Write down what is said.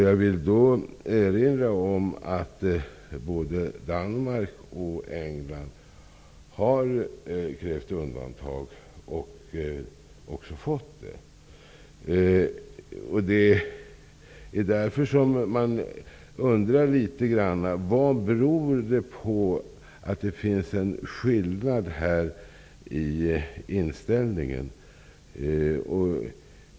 Jag vill erinra om att både Danmark och England har krävt undantag och också fått det. Det är därför som man undrar litet grand vad det beror på att det finns en skillnad i inställningen.